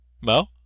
Mo